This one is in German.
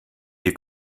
ihr